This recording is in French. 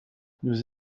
nous